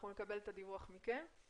אנחנו נקבל את הדיווח מכם,